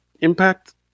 impact